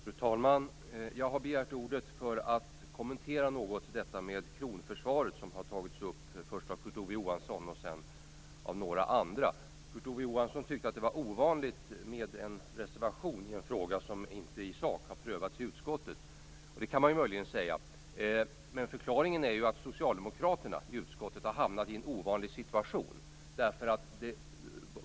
Fru talman! Jag begärde ordet för att få kommentera detta med kronförsvaret, en fråga som tagits upp först av Kurt Ove Johansson och sedan av ytterligare några. Kurt Ove Johansson tyckte att det var ovanligt med en reservation i en fråga som i sak inte har prövats i utskottet. Det kan man möjligen säga. Förklaringen är dock att socialdemokraterna i utskottet har hamnat i en ovanlig situation.